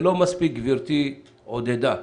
זה לא מספיק, גברתי, עודדה.